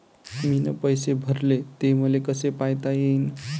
मीन पैसे भरले, ते मले कसे पायता येईन?